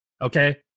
okay